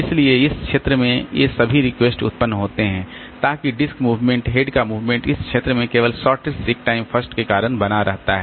इसलिए इस क्षेत्र में ये सभी रिक्वेस्ट उत्पन्न होते हैं ताकि डिस्क मूवमेंट हेड का मूवमेंट इस क्षेत्र में केवल शॉर्टेस्ट सीक टाइम फर्स्ट के कारण बना रहता है